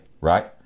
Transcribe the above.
Right